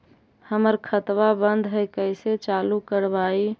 हमर खतवा बंद है कैसे चालु करवाई?